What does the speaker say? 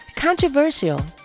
Controversial